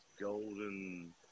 golden